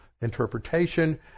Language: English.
interpretation